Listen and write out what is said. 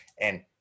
and-